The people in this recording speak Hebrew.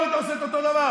לו אתה עושה אותו דבר.